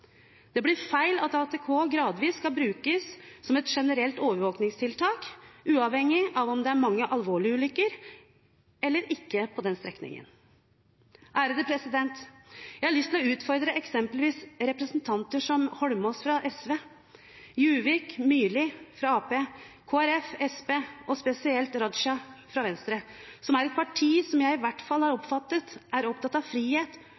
Det blir feil hvis ATK gradvis skal brukes som et generelt overvåkingstiltak, uavhengig av om det er mange alvorlige ulykker eller ikke på den aktuelle strekningen. Jeg har lyst til å utfordre eksempelvis representanter som Eidsvoll Holmås fra SV, Juvik og Myrli fra Arbeiderpartiet, representanter fra Kristelig Folkeparti og Senterpartiet og spesielt Raja fra Venstre, som er et parti som jeg i hvert fall har oppfattet er opptatt av frihet